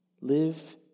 Live